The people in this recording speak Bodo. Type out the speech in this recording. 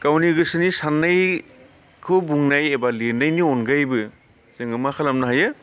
गावनि गोसोनि साननायखौ बुंनाय एबा लिरनायनि अनगायैबो जोङो मा खालामनो हायो